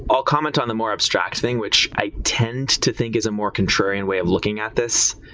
i'll comments on the more abstract thing, which i tends to think is a more contrarian way of looking at this.